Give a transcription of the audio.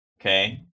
Okay